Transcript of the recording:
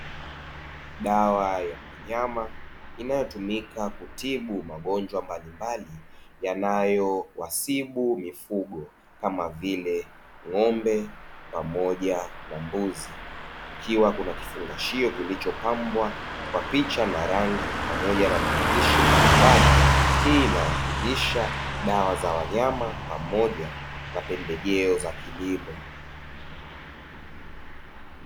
Dawa ya wanyama inayotumika kutibu magonjwa mbalimbali yanayowasibu mifugo kama vile ng'ombe pamoja na mbuzi, ikiwa kuna kifungashio kilicho pambwa kwa picha na rangi pamoja na maandishi mbalimbali, hii inawakilisha dawa za wanyama pamoja na pembejeo za kilimo.